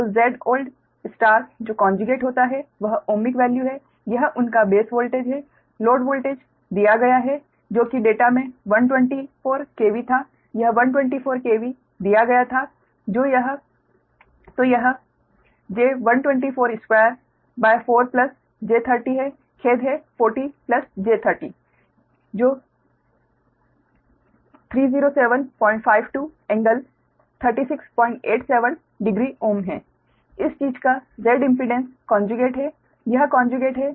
तो Zload जो conjugate होता है वह ओमिक वैल्यू है यह उनका बेस वोल्टेज है लोड वोल्टेज दिया गया था जो कि डेटा में 124 KV था यह 124 KV दिया गया था तो यह j 12424j30 है खेद है 40 j30 जो कि 30752 ∟36870Ω है इस चीज़ का Z इम्पीडेंस कोंजुगेट है यह कोंजुगेट है